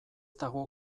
dago